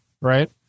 right